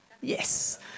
Yes